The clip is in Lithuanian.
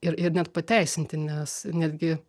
ir ir net pateisinti nes netgi